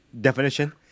definition